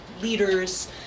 leaders